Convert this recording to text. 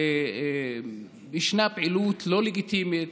שישנה פעילות לא לגיטימית,